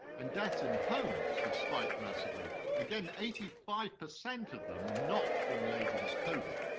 and deaths in homes have spiked massively again, eighty five percent of them not being labeled as covid.